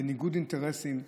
בניגוד אינטרסים,